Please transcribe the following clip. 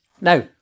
Now